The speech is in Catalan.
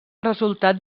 resultat